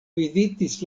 vizitis